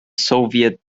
soviet